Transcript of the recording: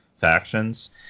factions